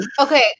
Okay